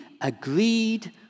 agreed